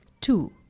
two